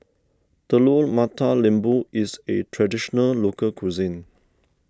Telur Mata Lembu is a Traditional Local Cuisine